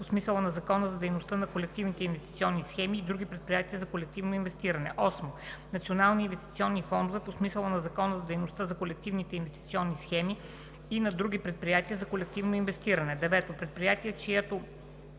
по смисъла на Закона за дейността на колективните инвестиционни схеми и на други предприятия за колективно инвестиране; 8. национални инвестиционни фондове по смисъла на Закона за дейността на колективните инвестиционни схеми и на други предприятия за колективно инвестиране; 9. предприятия, чиито